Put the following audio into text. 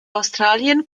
australien